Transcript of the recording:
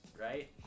Right